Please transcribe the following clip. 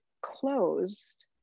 closed